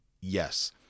yes